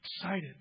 excited